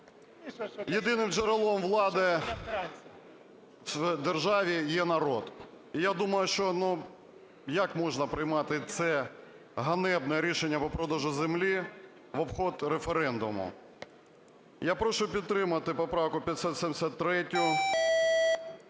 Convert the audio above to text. Єдиним джерелом влади в державі є народ. І я думаю, що як можна приймати це ганебне рішення по продажу землі в обход референдуму. Я прошу підтримати поправку 573.